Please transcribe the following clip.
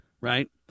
Right